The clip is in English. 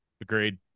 Agreed